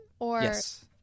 Yes